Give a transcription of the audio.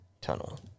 Tunnel